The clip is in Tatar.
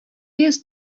йөз